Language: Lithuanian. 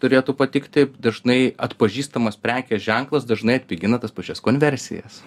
turėtų patikt taip dažnai atpažįstamas prekės ženklas dažnai atpigina tas pačias konversijas